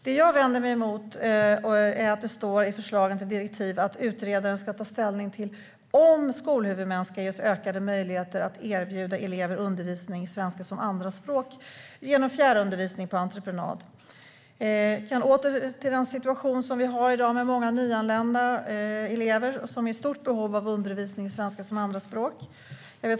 Det jag vänder mig mot är att det står i förslagen till direktiv att utredaren ska ta ställning till om skolhuvudmän ska ges ökade möjligheter att erbjuda elever undervisning i svenska som andraspråk genom fjärrundervisning på entreprenad. Vi har i dag en situation med många nyanlända elever som är i stort behov av undervisning i svenska som andraspråk.